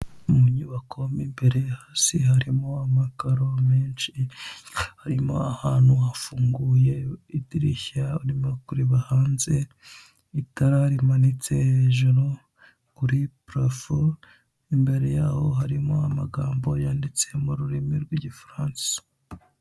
Mu nyubako mo imbere hasi harimo amakaro menshi, harimo ahantu hafunguye idirishya kureba hanze itara rimanitse hejuru kuri purafo, imbere yaho harimo amagambo yanditse mu rurimi rw'igifaransa.